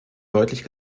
deutlich